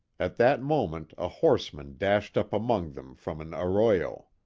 at that moment a horseman dashed up among them from an arroyo.